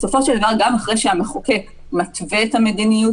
בסופו של דבר, גם אחרי שהמחוקק מתווה את המדיניות,